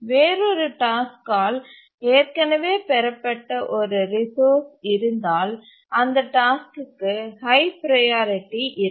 வேறொரு டாஸ்க்கால் ஏற்கனவே பெறப்பட்ட ஒரு ரிசோர்ஸ் இருந்தால் அந்த டாஸ்க்க்கு ஹய் ப்ரையாரிட்டி இருக்கும்